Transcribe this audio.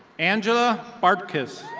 angela bartkiss.